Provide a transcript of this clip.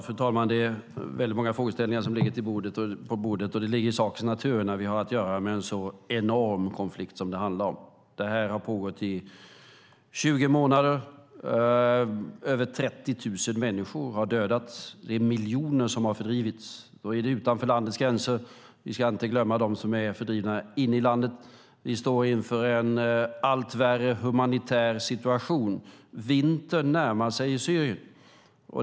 Fru talman! Det är många frågor som ligger på bordet. Det ligger i sakens natur när vi har att göra med en så enorm konflikt. Det här har pågått i 20 månader. Över 30 000 människor har dödats. Det är miljoner som har fördrivits utanför landets gränser. Vi ska inte glömma dem som är fördrivna inne i landet. Vi står inför en allt värre humanitär situation. Vintern närmar sig i Syrien.